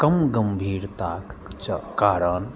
कम गम्भीरताके कारण